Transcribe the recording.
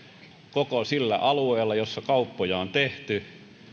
koko sillä alueella jossa kauppoja on tehty